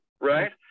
right